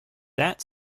that